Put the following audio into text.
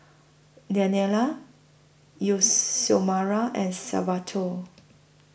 Danielle Youth Xiomara and Salvatore